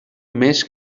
més